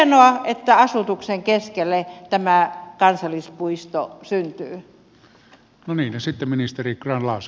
hienoa että asutuksen keskelle tämä kansallispuisto syntyy